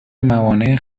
موانع